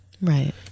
Right